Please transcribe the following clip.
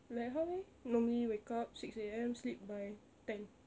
like how eh normally wake up six A_M sleep by ten